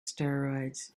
steroids